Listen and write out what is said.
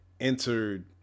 entered